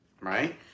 Right